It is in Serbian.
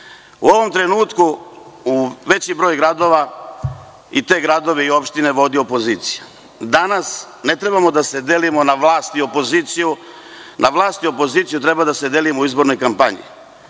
ovom trenutku veći broj gradova vodi opozicija. Danas ne trebamo da se delimo na vlast i opoziciju. Na vlast i opoziciju treba da se delimo u izbornoj kampanji.